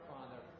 Father